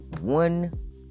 one